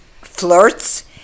flirts